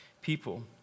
People